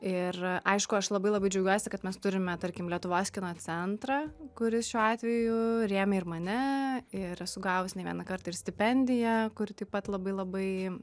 ir aišku aš labai labai džiaugiuosi kad mes turime tarkim lietuvos kino centrą kuris šiuo atveju rėmė ir mane ir esu gavus ne vieną kartą ir stipendiją kuri taip pat labai labai